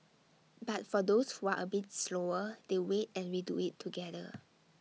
but for those who are A bit slower they wait and we do IT together